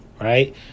right